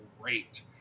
great